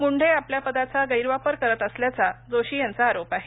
मुंढे आपल्या पदाचा गैर वापर करत असल्याचा जोशी यांचा आरोप आहे